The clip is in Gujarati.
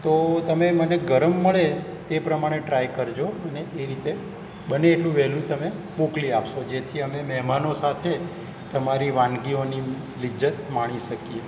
તો તમે મને ગરમ મળે તે પ્રમાણે ટ્રાય કરજો અને એ રીતે બને એટલું વહેલું તમે મોકલી આપશો જેથી અમે મહેમાનો સાથે તમારી વાનગીઓની લિજ્જત માણી શકીએ